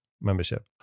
membership